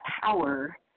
power